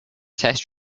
test